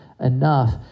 enough